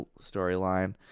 storyline